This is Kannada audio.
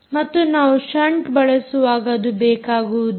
ಮತ್ತು ನಾವು ಷಂಟ್ ಬಳಸುವಾಗ ಅದು ಬೇಕಾಗುವುದಿಲ್ಲ